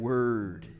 Word